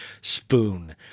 Spoon